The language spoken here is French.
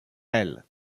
hell